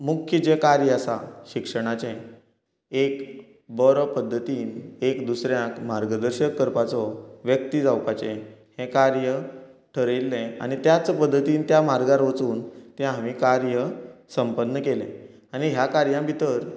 मुख्य जें कार्य आसा शिक्षणाचें एक बरो पद्धतीन एक दुसऱ्याक मार्गदर्शक करपाचो व्यक्ती जावपाचें हें कार्य ठरयिल्लें आनी त्याच पद्धतीन त्या मार्गार वचून तें हांवें कार्य संपन्न केलें आनी ह्या कार्यां भितर